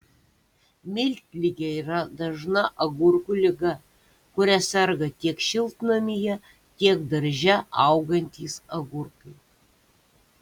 miltligė yra dažna agurkų liga kuria serga tiek šiltnamyje tiek darže augantys agurkai